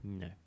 No